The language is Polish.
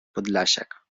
podlasiak